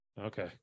Okay